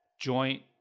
joint